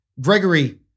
Gregory